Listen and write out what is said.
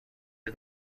his